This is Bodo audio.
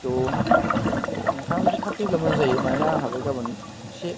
थ' नोंथाङा जुदि थाब फैयोब्ला मोजां जायो मानोना आंहाबो गाबोन एसे